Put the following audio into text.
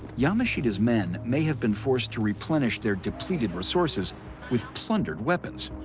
yamashita's men may have been forced to replenish their depleted resources with plundered weapons,